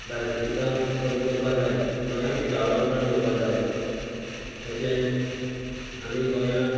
भायले पिकां कमी करपा जाय गोंया पिकावळ चड घेवपा जाय तशे आमी गोंयाक